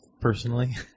personally